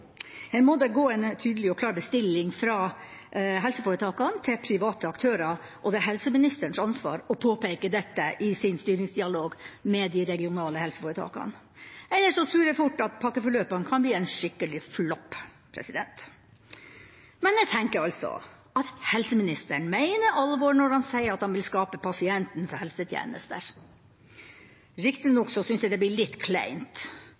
Her må det gå en tydelig og klar bestilling fra helseforetakene til private aktører, og det er helseministerens ansvar å påpeke dette i sin styringsdialog med de regionale helseforetakene. Ellers tror jeg at pakkeforløpene fort kan bli en skikkelig flopp. Men jeg tenker altså at helseministeren mener alvor når han sier at han vil skape pasientens helsetjeneste. Riktignok syns jeg det blir litt kleint